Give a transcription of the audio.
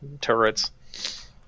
turrets